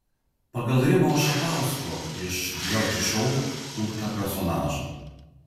pagal rimo šapausko iš dviračio šou kurtą personažą